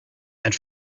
and